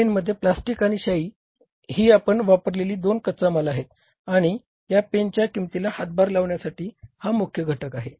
या पेनमध्ये प्लास्टिक आणि शाई ही आपण वापरलेली दोन कच्चा माल आहे आणि या पेनच्या किंमतीला हातभार लावण्यासाठी हा मुख्य घटक आहे